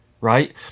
right